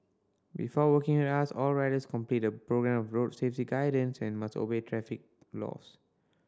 before working with us all riders complete a programme of road safety guidance and must obey traffic laws